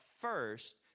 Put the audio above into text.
first